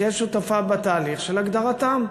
תהיה שותפה בתהליך של הגדרתם.